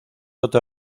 otra